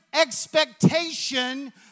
expectation